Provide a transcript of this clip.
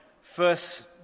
first